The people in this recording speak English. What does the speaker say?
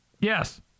Yes